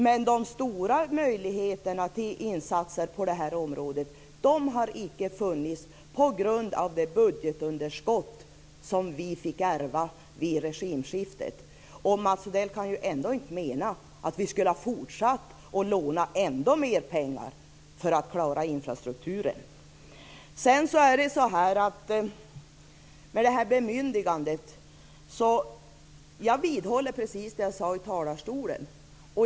Men de stora möjligheterna till insatser på det här området har icke funnits på grund av det budgetunderskott som vi fick ärva vid regimskiftet. Mats Odell kan ändå inte mena att vi skulle ha fortsatt att låna ännu mer pengar för att klara infrastrukturen. När det gäller bemyndigandet vidhåller jag precis det jag sade i talarstolen.